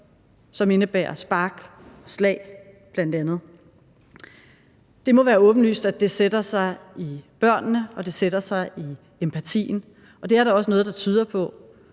indebærer spark og slag. Det må være åbenlyst, at det sætter sig i børnene og det sætter sig i empatien, og det er der også noget, der tyder på.